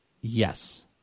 Yes